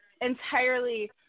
entirely